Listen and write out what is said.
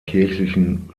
kirchlichen